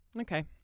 Okay